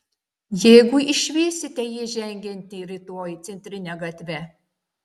jeigu išvysite jį žengiantį rytoj centrine gatve